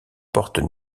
portent